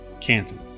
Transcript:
Canton